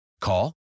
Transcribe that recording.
Call